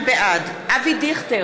(קוראת בשמות חברי הכנסת) אבי דיכטר,